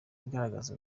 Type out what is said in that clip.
igaragaza